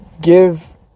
give